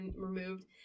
removed